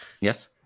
yes